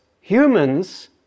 humans